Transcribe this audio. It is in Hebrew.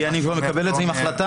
אני כבר מקבל את זה עם החלטה.